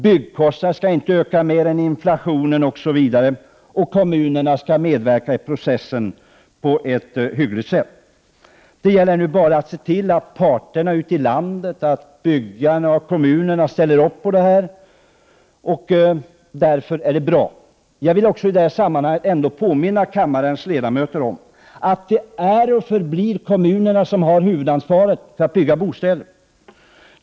Byggkostnaderna skall inte öka mer än inflationen. Kommunerna skall medverka i processen på ett hyggligt sätt. Det gäller nu bara att se till att parterna ute i landet, byggarna och kommunerna, ställer upp på detta. Jag vill i detta sammanhang också påminna kammarens ledamöter om att det är och förblir kommunerna som har huvudansvaret för att bygga bostäder.